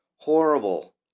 horrible